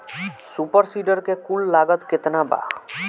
Super seeder के कुल लागत केतना बा?